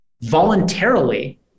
voluntarily